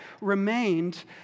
remained